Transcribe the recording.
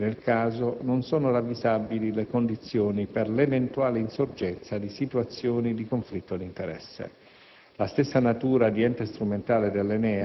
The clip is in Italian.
Tanto a prescindere dal fatto che nel caso non sono ravvisabili le condizioni per l'eventuale insorgenza di situazioni di conflitto di interesse.